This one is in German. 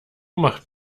macht